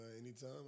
Anytime